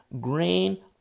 grain